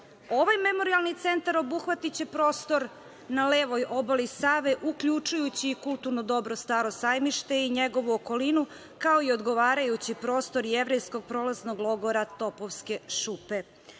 Ovaj memorijalni centar obuhvatiće prostor na levoj obali Save uključujući i kulturno dobro „Staro sajmište“ i njegovu okolinu, kao i odgovarajući prostor Jevrejskog prolaznog logora „Topovske šupe“.U